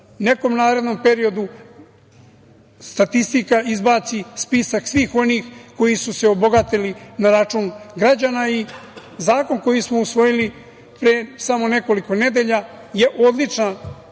nekom narednom periodu statistika izbaci spisak svih onih koji su se obogatili na račun građana. Zakon koji smo usvojili pre samo nekoliko nedelja je odličan